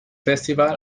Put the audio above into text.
festival